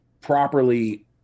properly